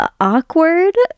awkward